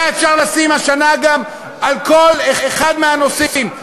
היה אפשר לשים השנה גם על כל אחד מהנושאים.